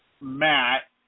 Matt